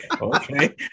Okay